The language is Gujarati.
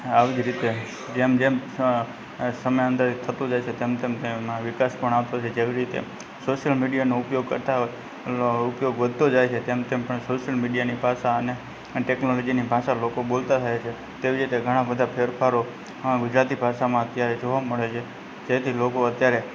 આવી જ રીતે જેમ જેમ અ સમયાંતરિત થતો જાય છે તેમ તેમ તેમાં વિકાસ પણ આવતો જરૂરી છે સોશિયલ મીડિયાનો ઉપયોગ કરતા હોય અ ઉપયોગ વધતો જાય છે તેમ તેમ પણ સોશ્યલ મીડિયાની ભાષા અને ટેકનોલોજીની ભાષા લોકો બોલતા થાય છે તેવી જ રીતે ઘણાં બધા ફેરફારો અ ગુજરાતી ભાષામાં અત્યારે જોવા મળે છે જેથી લોકો અત્યારે